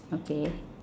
okay